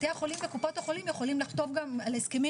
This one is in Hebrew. בתי החולים וקופות החולים יכולים לחתום גם על הסכמים